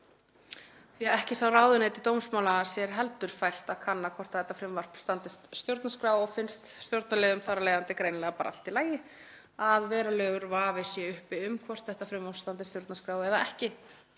því að ekki sá ráðuneyti dómsmála sér heldur fært að kanna hvort þetta frumvarp standist stjórnarskrá. Stjórnarliðum finnst þar af leiðandi greinilega bara allt í lagi að verulegur vafi sé uppi um hvort þetta frumvarp standist stjórnarskrá eða ekki.